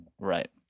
right